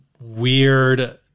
weird